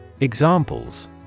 Examples